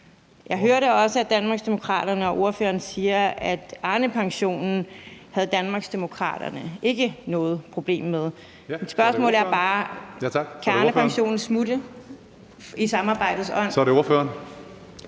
Jeg hørte, at Danmarksdemokraterne og ordføreren sagde, at Arnepensionen havde Danmarksdemokraterne ikke noget problem med. Mit spørgsmål er bare: Kan Arnepensionen smutte i samarbejdets ånd? Kl. 15:04 Tredje